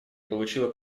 получило